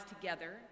together